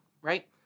right